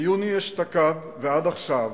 מיוני אשתקד ועד עכשיו